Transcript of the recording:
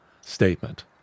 statement